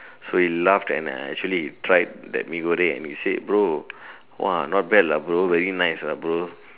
so we laugh and uh actually tried that Mee-Goreng and we said bro !wah! not bad ah bro very nice lah bro